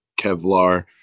kevlar